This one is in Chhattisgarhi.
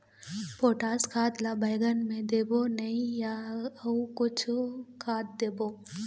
पोटास खाद ला बैंगन मे देबो नई या अऊ कुछू खाद देबो?